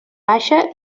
baixa